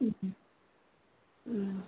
ꯎꯝ ꯎꯝ